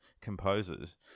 composers